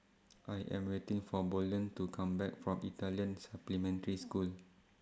I Am waiting For Bolden to Come Back from Italian Supplementary School